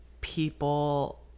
people